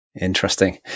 Interesting